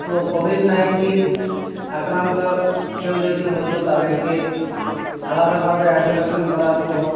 তো covid nineteen আক্রান্ত কেউ যদি হতো তাদেরকে আলাদাভাবে আইসোলেশন করা হতো